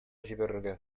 җибәрергә